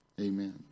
Amen